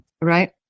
right